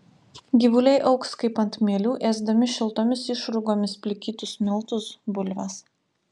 gyvuliai augs kaip ant mielių ėsdami šiltomis išrūgomis plikytus miltus bulves